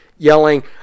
yelling